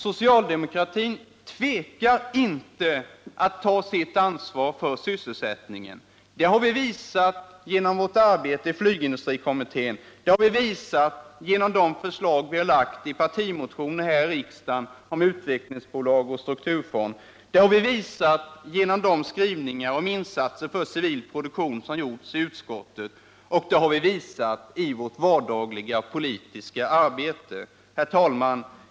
Socialdemokratin tvekar inte att ta sitt ansvar för sysselsättningen. Det har vi visat genom vårt arbete inom flygindustrikommittén. Det har vi visat genom de förslag vi lagt i partimotioner här i riksdagen om utvecklingsbolag och om strukturfond. Det har vi visat genom de skrivningar om insatser för civil produktion som gjorts i utskottet och det har vi visat i vårt dagliga politiska arbete. Herr talman!